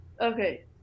Okay